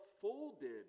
folded